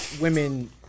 women